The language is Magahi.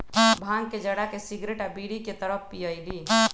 भांग के जरा के सिगरेट आ बीड़ी के तरह पिअईली